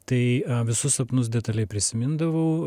tai visus sapnus detaliai prisimindavau